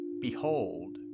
Behold